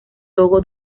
togo